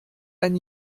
ein